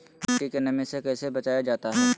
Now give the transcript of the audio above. मट्टी के नमी से कैसे बचाया जाता हैं?